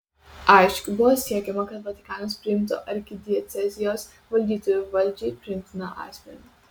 aišku buvo siekiama kad vatikanas priimtų arkidiecezijos valdytoju valdžiai priimtiną asmenį